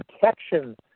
protection